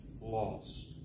lost